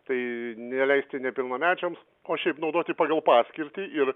tai neleisti nepilnamečiams o šiaip naudoti pagal paskirtį ir